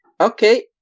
Okay